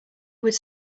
would